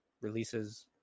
releases